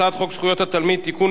הצעת חוק זכויות התלמיד (תיקון,